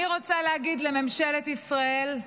אני רוצה להגיד לממשלת ישראל: